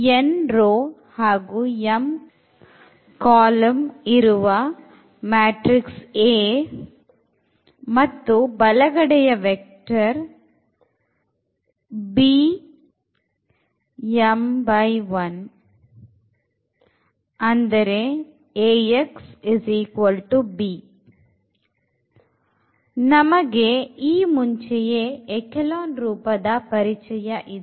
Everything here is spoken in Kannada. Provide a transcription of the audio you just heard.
n ರೋ ಹಾಗು m ಕೊಲೊಮ್ ಇರುವ ಒಂದು ಮ್ಯಾಟ್ರಿಕ್ಸ್ A ಮತ್ತು ಬಲಗಡೆಯಾ ವೆಕ್ಟರ್ ನಮಗೆ ಈ ಮುಂಚೆಯೇ ಎಖಿಲಾನ್ ರೂಪದ ಪರಿಚಯ ಇದೆ